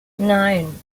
nine